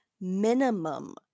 minimum